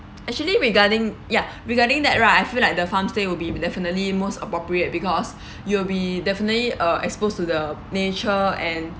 actually regarding ya regarding that right I feel like the farm stay will be definitely most appropriate because you'll be definitely uh exposed to the nature and